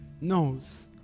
knows